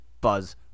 Buzz